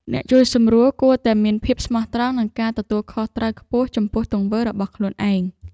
អ្នកជួយសម្រួលគួរតែមានភាពស្មោះត្រង់ និងការទទួលខុសត្រូវខ្ពស់ចំពោះទង្វើរបស់ខ្លួនឯង។